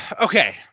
Okay